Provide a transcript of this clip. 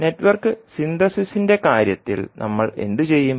അതിനാൽ നെറ്റ്വർക്ക് സിന്തസിസിന്റെ കാര്യത്തിൽ നമ്മൾ എന്തു ചെയ്യും